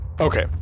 Okay